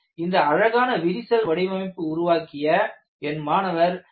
இந்த அழகான விரிசல் வடிவமைப்பு உருவாக்கிய என் மாணவர் D